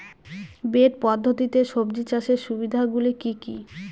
Bed পদ্ধতিতে সবজি চাষের সুবিধাগুলি কি কি?